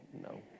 No